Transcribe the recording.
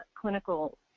clinical